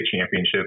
championship